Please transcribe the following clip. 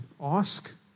ask